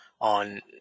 on